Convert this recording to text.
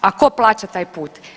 A tko plaća taj put?